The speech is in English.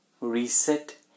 reset